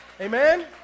Amen